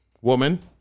woman